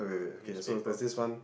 newspaper